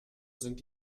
sind